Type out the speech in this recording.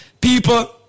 people